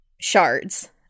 shards